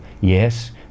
yes